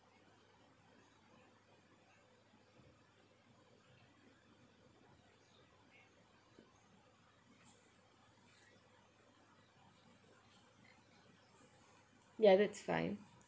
yeah that's fine